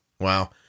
wow